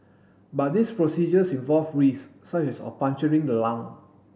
but these procedures involve risks such as of puncturing the lung